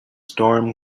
storm